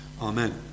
amen